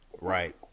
Right